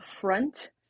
front